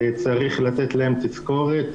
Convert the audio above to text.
צריך לתת להם תזכורת.